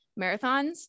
marathons